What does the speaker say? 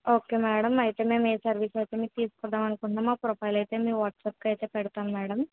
okay madam అయితే మేము ఏ సర్వీస్ అయితే మీకు తీసుకుందాం అనుకుంటున్నామో ఆ ప్రొఫైల్ అయితే మీ వాట్సప్కు అయితే పెడతాం మేడం